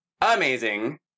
amazing